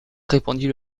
répondit